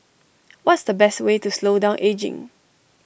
what's the best way to slow down ageing